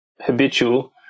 habitual